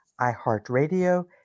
iHeartRadio